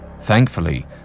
Thankfully